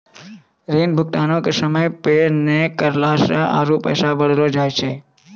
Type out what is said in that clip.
ऋण भुगतानो के समय पे नै करला से आरु पैसा बढ़लो जाय छै